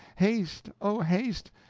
haste, oh! haste,